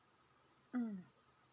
mm